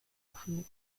often